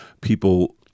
People